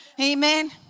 Amen